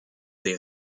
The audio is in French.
des